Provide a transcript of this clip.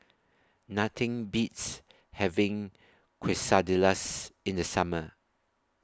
Nothing Beats having Quesadillas in The Summer